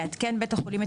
יעדכן בית החולים,